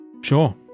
Sure